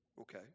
Okay